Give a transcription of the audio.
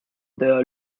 der